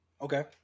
Okay